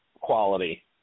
quality